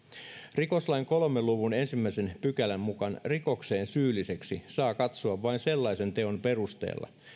rikoslain kolmen luvun ensimmäisen pykälän mukaan rikokseen syylliseksi saa katsoa vain sellaisen teon perusteella